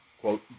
quote